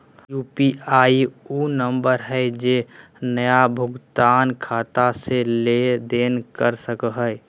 UPI PIN उ number हइ जे नया भुगतान खाता से लेन देन कर सको हइ